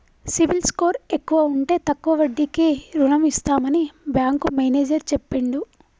CIBIL score ఎక్కువ ఉంటే తక్కువ వడ్డీకే రుణం ఇస్తామని బ్యాంకు మేనేజర్ చెప్పిండు